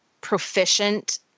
proficient